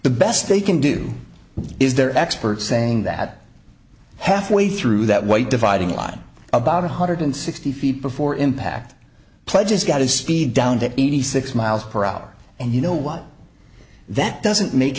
the best they can do is their experts saying that halfway through that white dividing line about one hundred sixty feet before impact pledges got a speed down to eighty six miles per hour and you know what that doesn't make